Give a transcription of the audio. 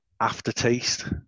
aftertaste